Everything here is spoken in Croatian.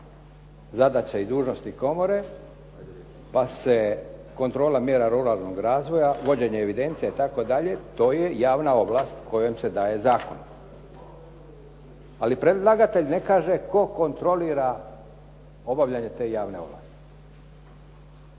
Zadaća i dužnosti komore, pa se kontrola mjera ruralnog razvoja, vođenje evidencija itd., to je javna ovlast koja se daje u zakonu. Ali predlagatelj ne kaže tko kontrolira obavljanje te javne ovlasti.